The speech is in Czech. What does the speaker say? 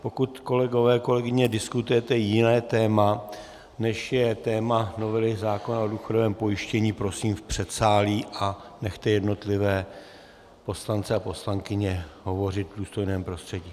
Pokud, kolegové, kolegyně, diskutujete jiné téma, než je téma novely zákona o důchodovém pojištění, prosím v předsálí a nechte jednotlivé poslance a poslankyně hovořit v důstojném prostředí.